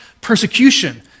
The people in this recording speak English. persecution